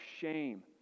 shame